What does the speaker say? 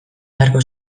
beharko